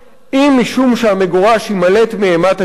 אם משום שהמגורש יימלט מאימת הגירוש